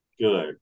Good